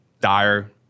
dire